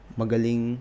magaling